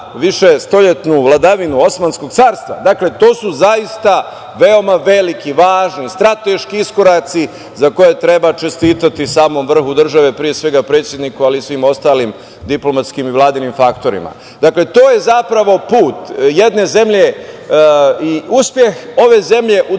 viševekovnu vladavinu Osmanskog carstva. Dakle, to su zaista veoma veliki, važni, strateški iskoraci za koje treba čestitati samom vrhu države, pre svega, predsedniku, ali i svim ostalim diplomatskim i vladinim faktorima. To je zapravo put jedne zemlje i uspeh ove zemlje u